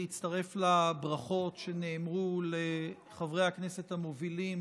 להצטרף לברכות שנאמרו לחברי הכנסת המובילים